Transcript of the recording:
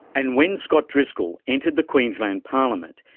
and when scott driscoll entered the queensland parliament,